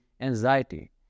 anxiety